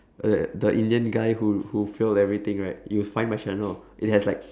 the the indian guy who who failed everything right you'll find my channel it has like